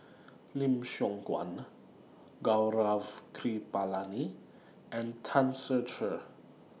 Lim Siong Guan Gaurav Kripalani and Tan Ser Cher